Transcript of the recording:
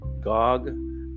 Gog